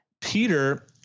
Peter